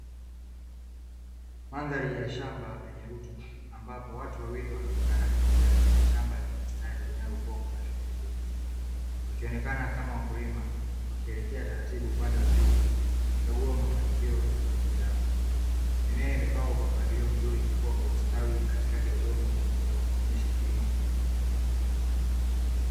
Mandhari ya shamba lenye rutuba, ambapo watu wawili wanaonekana wakitembea katika shamba lenye mstari inayokuwa kwa afya na nguvu. Wakionekana kama wakulima, wakielekea taratibu upande wa pili, wakikagua mafanikio ya juhudi zao. Mimea imepangwa kwa mpangilio mzuri, ikikua kwa ustawi katikati ya udongo wenye rutuba, kuonyesha kilimo chenye tija.